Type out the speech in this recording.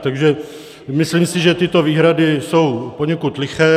Takže myslím si, že tyto výhrady jsou poněkud liché.